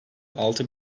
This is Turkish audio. altı